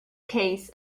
case